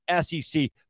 SEC